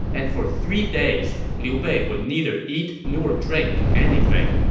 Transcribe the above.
and for three days, liu bei would neither eat nor drink anything.